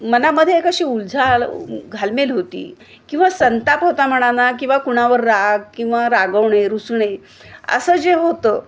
मनामध्ये एक अशी उलघाल घालमेल होती किंवा संताप होता म्हणा ना किंवा कुणावर राग किंवा रागवणे रुसणे असं जे होतं